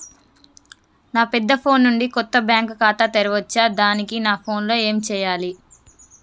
నా పెద్ద ఫోన్ నుండి కొత్త బ్యాంక్ ఖాతా తెరవచ్చా? దానికి నా ఫోన్ లో ఏం చేయాలి?